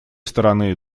стороны